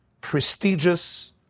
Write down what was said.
prestigious